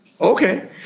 Okay